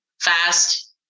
fast